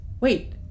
wait